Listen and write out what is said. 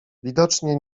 widocznie